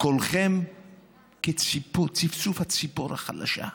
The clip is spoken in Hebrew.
קולכם כצפצוף הציפור החלשה.